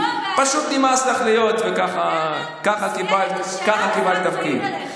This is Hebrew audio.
פשוט נמאס לך להיות, וככה קיבלת תפקיד.